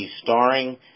starring